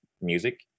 music